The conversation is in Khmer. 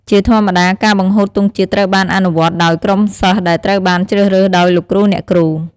ជាធម្មតា ការបង្ហូតទង់ជាតិត្រូវបានអនុវត្តដោយ ក្រុមសិស្សដែលត្រូវបានជ្រើសរើសដោយលោកគ្រូអ្នកគ្រូ។